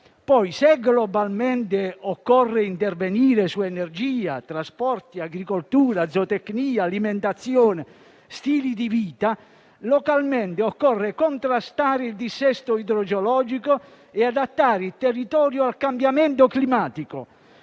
Poi, se globalmente occorre intervenire su energia, trasporti, agricoltura, zootecnica, alimentazione e stili di vita, localmente occorre contrastare il dissesto idrogeologico e adattare il territorio al cambiamento climatico.